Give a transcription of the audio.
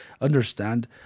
understand